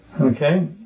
Okay